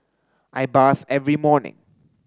I bath every morning